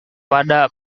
pada